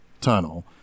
tunnel